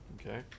Okay